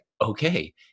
Okay